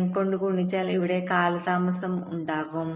m കൊണ്ട് ഗുണിച്ചാൽ ഇവിടെ കാലതാമസം ഉണ്ടാകും